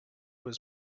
was